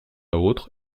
autre